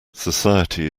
society